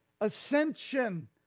ascension